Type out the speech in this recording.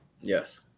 Yes